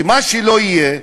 שמה שלא יהיה,